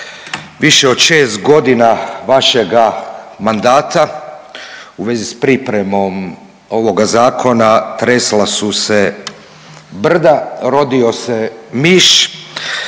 Više od šest godina vašega mandata u vezi s pripremom ovoga zakona tresla su se brda rodio se miš,